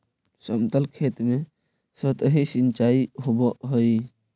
समतल खेत में सतही सिंचाई होवऽ हइ